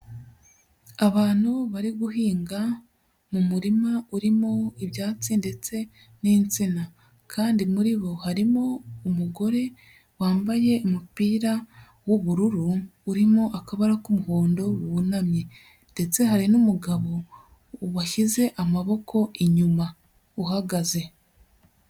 Abantu bari guhinga mu murima urimo ibyatsi ndetse n'insina, kandi muri bo harimo umugore wambaye umupira w'ubururu, urimo akabara k'umuhondo wunamye, ndetse hari n'umugabo washyize amaboko inyuma uhagaze.